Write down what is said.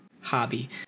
Hobby